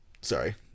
sorry